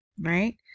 right